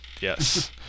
Yes